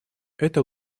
эта